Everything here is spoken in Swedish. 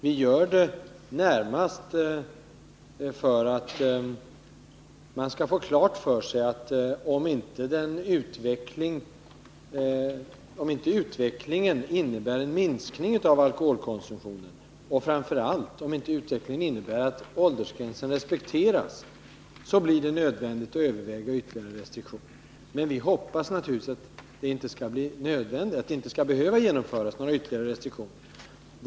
Vi gör det närmast för att man skall få klart för sig att om utvecklingen inte innebär en minskning av alkoholkonsumtionen och framför allt om utvecklingen inte innebär att åldersgränsen respekteras, så blir det nödvändigt att överväga ytterligare restriktioner. Men vi hoppas naturligtvis att det inte skall bli nödvändigt att genomföra ytterligare restriktioner.